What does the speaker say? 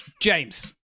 James